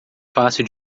fácil